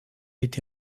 été